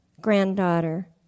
granddaughter